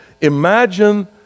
Imagine